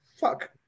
Fuck